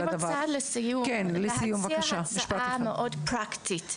לסיום, אני רוצה להציע הצעה מאוד מאוד פרקטית.